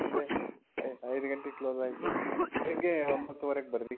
ಸಂಜೆ ಐದು ಗಂಟೆಗೆ ಕ್ಲೋಸ್ ಆಯಿತು ಬೆಳಿಗ್ಗೆ ಒಂಬತ್ತುವರೆಗೆ ಬರ್ರಿ